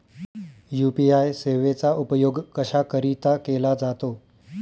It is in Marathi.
यू.पी.आय सेवेचा उपयोग कशाकरीता केला जातो?